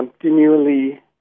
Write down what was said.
continually